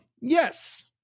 Yes